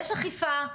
יש אכיפה,